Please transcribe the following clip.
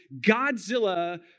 Godzilla